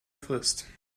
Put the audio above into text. frist